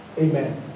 Amen